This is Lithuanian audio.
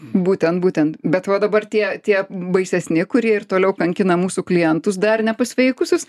būtent būtent bet va dabar tie tie baisesni kurie ir toliau kankina mūsų klientus dar nepasveikusius